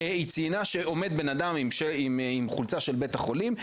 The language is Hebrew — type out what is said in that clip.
היא ציינה שעומד בן אדם עם חולצה של בית החולים,